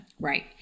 Right